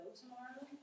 tomorrow